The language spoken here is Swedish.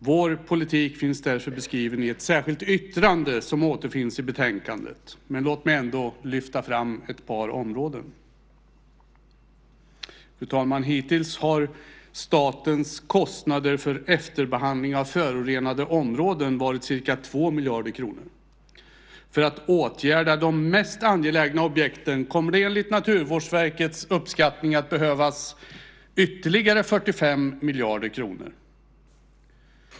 Vår politik finns därför beskriven i ett särskilt yttrande som återfinns i betänkandet. Låt mig ändå lyfta fram ett par områden. Fru talman! Hittills har statens kostnader för efterbehandling av förorenade områden varit ca 2 miljarder kronor. För att åtgärda de mest angelägna objekten kommer det enligt Naturvårdsverkets uppskattning att behövas ytterligare 45 miljarder kronor.